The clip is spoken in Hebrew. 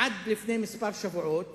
עד לפני כמה שבועות